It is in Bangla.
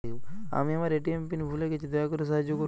আমি আমার এ.টি.এম পিন ভুলে গেছি, দয়া করে সাহায্য করুন